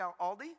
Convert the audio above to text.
Aldi